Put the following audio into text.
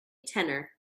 tenor